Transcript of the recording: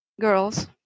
girls